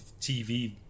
TV